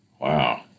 Wow